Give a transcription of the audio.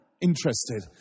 Interested